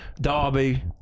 Derby